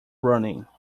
running